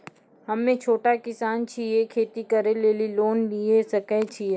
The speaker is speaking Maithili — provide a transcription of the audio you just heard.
हम्मे छोटा किसान छियै, खेती करे लेली लोन लिये सकय छियै?